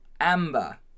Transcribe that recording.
Amber